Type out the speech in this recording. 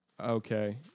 Okay